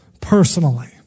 Personally